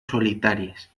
solitarias